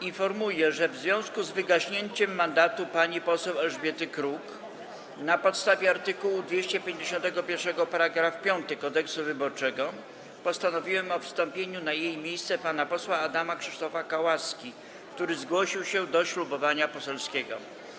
Informuję, że w związku z wygaśnięciem mandatu pani poseł Elżbiety Kruk na podstawie art. 251 § 5 Kodeksu wyborczego postanowiłem o wstąpieniu na jej miejsce pana posła Adama Krzysztofa Kałaski, który zgłosił się do ślubowania poselskiego.